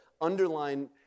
underline